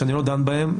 שאני לא דן בהן,